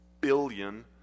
billion